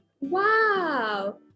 wow